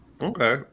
Okay